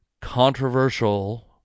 controversial